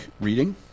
reading